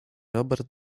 robert